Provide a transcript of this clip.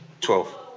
Twelve